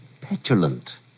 petulant